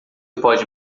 pode